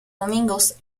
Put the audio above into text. domingos